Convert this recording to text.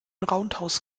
roundhouse